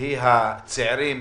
היא הצעירים